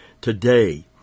Today